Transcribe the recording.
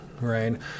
Right